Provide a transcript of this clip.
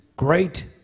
great